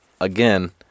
again